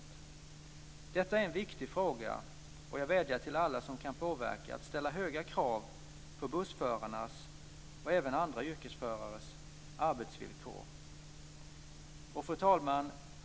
Detta är en viktig fråga, och jag vädjar till alla som kan påverka att ställa höga krav på bussförarnas, och även andra yrkesförares, arbetsvillkor. Fru talman!